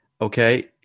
Okay